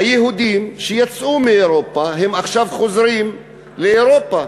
היהודים שיצאו מאירופה עכשיו חוזרים לאירופה